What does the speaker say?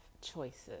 choices